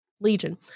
Legion